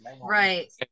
Right